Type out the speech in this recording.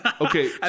okay